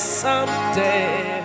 someday